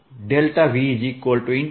V E